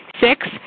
Six